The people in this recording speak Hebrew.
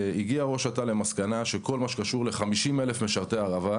הגיע ראש אט"ל למסקנה שכל מה שקשור ל-50,000 משרתי הערבה,